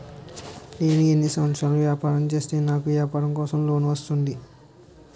నేను ఎన్ని సంవత్సరాలు వ్యాపారం చేస్తే నాకు వ్యాపారం కోసం లోన్ వస్తుంది?